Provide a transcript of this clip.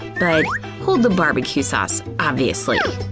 but hold the barbecue sauce, obviously.